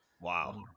Wow